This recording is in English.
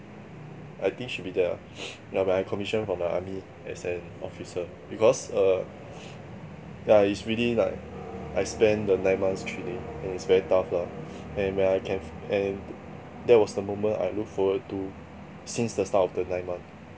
I think should be that ah ya when I commissioned from the army as an officer because err yeah it's really like I spend the nine months three day and it's very tough lah and when I can and that was the moment I look forward to since the start of the nine month